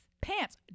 Pants